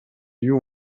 you